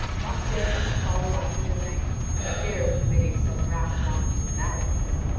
not daring to follow after the knight for fear of committing some rash act of madness.